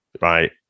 right